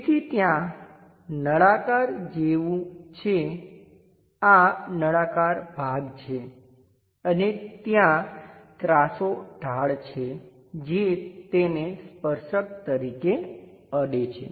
તેથી ત્યાં નળાકાર જેવું છે આ નળાકાર ભાગ છે અને ત્યાં ત્રાસો ઢાળ છે જે તેને સ્પર્શક તરીકે અડે છે